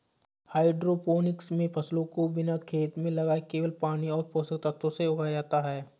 hydroponics मे फसलों को बिना खेत में लगाए केवल पानी और पोषक तत्वों से उगाया जाता है